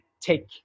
take